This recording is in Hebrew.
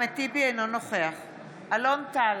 אינו נוכח אלון טל,